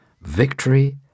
Victory